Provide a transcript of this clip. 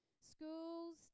Schools